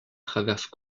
traverse